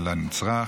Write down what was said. של הנצרך,